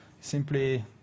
Simply